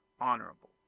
honorable